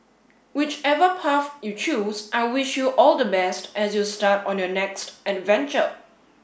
whichever path you choose I wish you all the best as you start on your next adventure